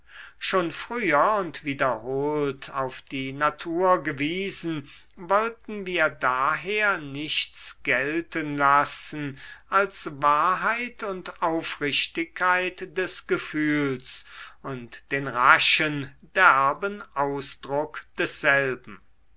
schon früher und wiederholt auf die natur gewiesen wollten wir daher nichts gelten lassen als wahrheit und aufrichtigkeit des gefühls und den raschen derben ausdruck desselben